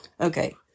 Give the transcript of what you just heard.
Okay